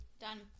Done